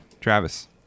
Travis